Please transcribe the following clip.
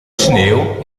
sneeuw